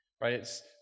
right